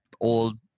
old